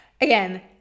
Again